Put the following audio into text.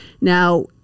Now